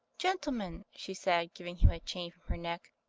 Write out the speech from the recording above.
gentleman, she said, giving him a chain from her neck,